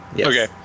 Okay